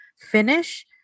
finish